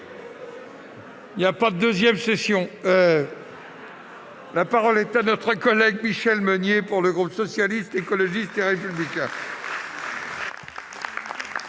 il n'y a pas de deuxième session ! La parole est à Mme Michelle Meunier, pour le groupe Socialiste, Écologiste et Républicain.